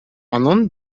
онон